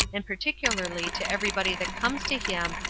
and particularly to every body that comes to him,